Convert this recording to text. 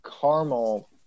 caramel